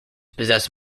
possess